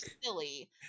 silly